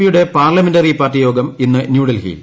P യുടെ parliamentary party യോഗം ഇന്ന് ന്യൂഡൽഹിയിൽ